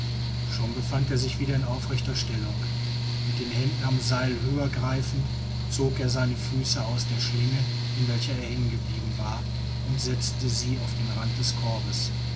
schon befand er sich wieder in aufrechter stellung mit den händen am seil höher greifend zog er seine füße aus der schlinge in welcher er hängengeblieben war und setzte sie auf den rand des korbes